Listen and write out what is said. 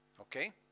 Okay